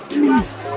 Please